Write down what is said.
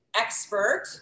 expert